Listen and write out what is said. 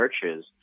churches